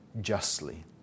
justly